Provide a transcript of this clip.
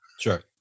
Sure